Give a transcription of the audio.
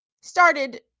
started